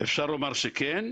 אפשר לומר שכן,